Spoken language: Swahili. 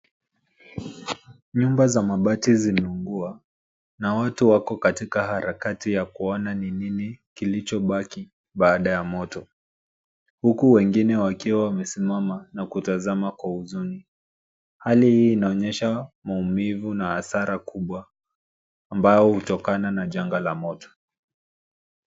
Nyumba za mabati zimeungua na watu wako katika harakati ya kuona ni nini kilichobaki baada ya moto huku wengine wakiwa wamesimama na kutazama kwa huzuni. Hali hii inaonyesha maumivu na hasara kubwa ambayo hutokana na janga la moto.